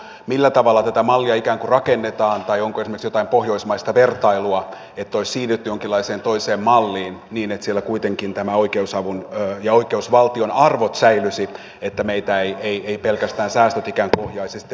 olisin kysynyt millä tavalla tätä mallia ikään kuin rakennetaan tai onko esimerkiksi jotain pohjoismaista vertailua että olisi siirrytty jonkinlaiseen toiseen malliin niin että siellä kuitenkin oikeusavun ja oikeusval tion arvot säilyisivät että meitä eivät pelkästään säästöt ikään kuin ohjaisi sitten väärään suuntaan